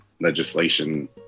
legislation